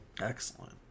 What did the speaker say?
Excellent